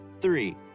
three